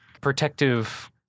protective